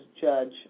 judge